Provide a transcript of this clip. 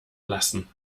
lassen